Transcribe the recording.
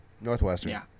Northwestern